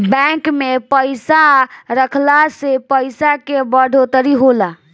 bank में पइसा रखला से पइसा के बढ़ोतरी होला